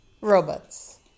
robots